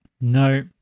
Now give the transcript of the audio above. No